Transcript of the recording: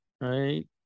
right